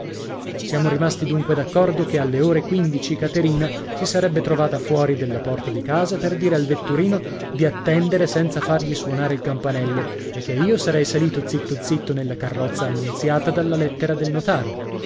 siamo rimasti dunque d'accordo che alle ore quindici caterina si sarebbe trovata fuori della porta di casa per dire al vetturino di attendere senza fargli suonare il campanello e che io sarei salito zitto zitto nella carrozza annunziata dalla lettera del notaro